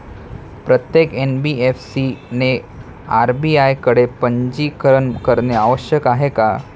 प्रत्येक एन.बी.एफ.सी ने आर.बी.आय कडे पंजीकरण करणे आवश्यक आहे का?